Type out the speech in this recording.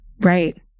Right